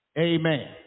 Amen